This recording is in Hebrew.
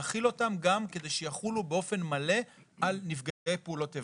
להחיל אותם גם כדי שיחולו באופן מלא על נפגעי פעולות איבה.